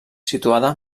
situada